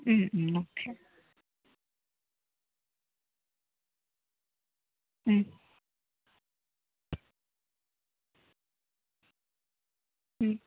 okay